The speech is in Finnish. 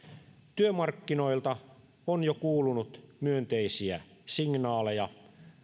työmarkkinoilta on jo kuulunut myönteisiä signaaleja